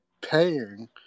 paying